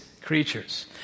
creatures